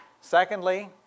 Secondly